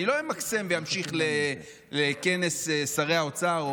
אני לא אמקסם ואמשיך לכנס שרי האוצר או